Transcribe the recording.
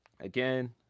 Again